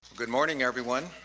good morning everyone.